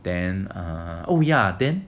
then err oh ya then